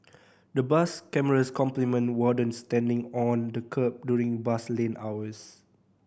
the bus cameras complement wardens standing on the kerb during bus lane hours